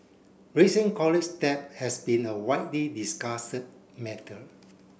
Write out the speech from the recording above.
raising college debt has been a widely discussed matter